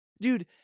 Dude